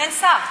אין שר.